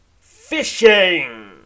fishing